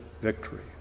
victory